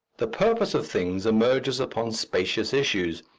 the purpose of things emerges upon spacious issues,